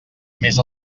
més